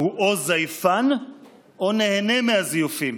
הוא או זייפן או נהנה מהזיופים.